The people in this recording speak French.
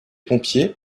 pompiers